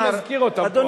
לא נזכיר אותם פה,